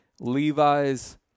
Levi's